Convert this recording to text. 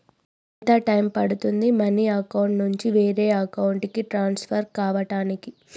ఎంత టైం పడుతుంది money account నుంచి వేరే అకౌంట్ కి ట్రాన్స్ఫర్ కావటానికి?